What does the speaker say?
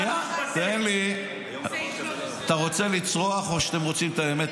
אתה רוצה לצרוח או שאתם רוצים את האמת,